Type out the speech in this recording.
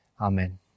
Amen